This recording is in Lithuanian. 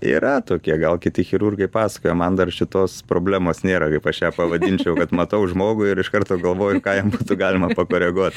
yra tokie gal kiti chirurgai pasakojo man dar šitos problemos nėra kaip aš ją pavadinčiau kad matau žmogų ir iš karto galvoju ką jam galima pakoreguot